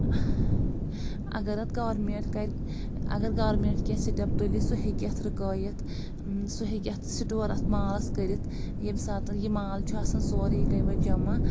اَگر اَتھ گورمیٚنٛٹ کرِ اَگر گورمیٚنٛٹ کیٚنٛہہ سِٹیپ تُلہِ سُہ ہٮ۪کہِ یَتھ رُکٲوِتھ سُہ ہٮ۪کہِ اَتھ سٹور اَتھ مالَس کٔرِتھ ییٚمہِ ساتَن یہ مال چھُ آسان سورُے یِکَے وَٹ جمع